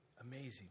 Amazing